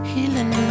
Healing